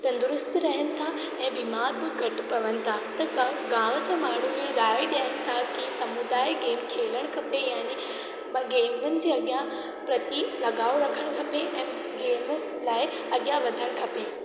तंदुरुस्तु रहनि था ऐं बीमारु बि घटि पवनि था गांव जा माण्हू बि राय ॾियनि था की समुदाय खेल खेलणु खपे यानी ॿ गेमियुनि जे अॻियां प्रति लगाव रखणु खपे ऐं गेमियुनि लाइ अॻियां वधणु खपे